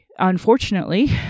Unfortunately